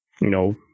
No